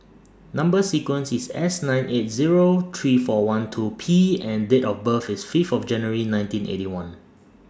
Number sequence IS S nine eight Zero three four one two P and Date of birth IS Fifth of January nineteen Eighty One